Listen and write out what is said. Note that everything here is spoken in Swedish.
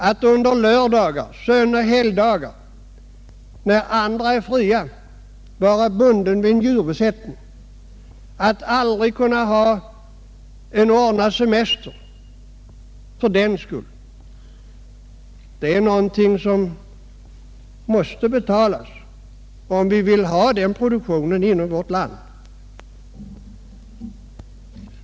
Att under lördagar, söndagar och helgdagar, när andra är fria, vara bunden vid en djurbesättning, att aldrig kunna ha en ordnad semester — det är någonting som mäste betalas, om vi vill ha en mjölkproduktion inom värt land.